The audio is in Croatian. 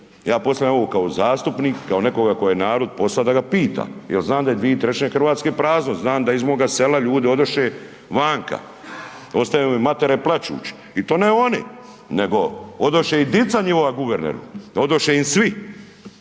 ja postavljam ovo kao zastupnik, kao nekoga koga je narod poslao da ga pita jel znan da je 2/3 RH prazno, znan da iz moga sela ljudi odoše vanka, ostavljaju matere plačuć i to ne oni, nego odoše i dica njiova guverneru, odoše im svi,